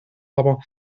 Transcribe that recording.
aber